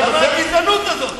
למה הגזענות הזאת?